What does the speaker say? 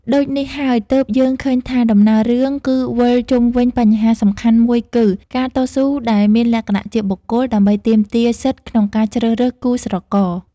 ដូចនេះហើយទើបយើងឃើញថា ដំណើររឿងគឺវិលជុំវិញបញ្ហាសំខាន់មួយគឺ ការតស៊ូដែលមានលក្ខណៈជាបុគ្គលដើម្បីទាមទារសិទ្ធិក្នុងការជ្រើសរើសគូស្រករ ។